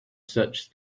such